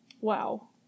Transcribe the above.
Wow